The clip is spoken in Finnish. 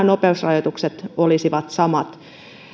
nopeusrajoitukset olisivat samat